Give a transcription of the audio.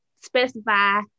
specify